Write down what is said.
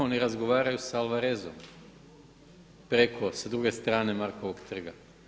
Oni razgovaraju sa Alvarezom preko sa druge strane Markovog trga.